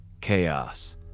chaos